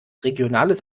regionales